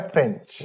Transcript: French